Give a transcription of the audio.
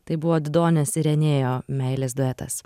tai buvo didonės ir enėjo meilės duetas